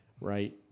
right